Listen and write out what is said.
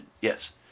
Yes